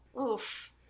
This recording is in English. Oof